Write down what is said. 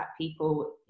people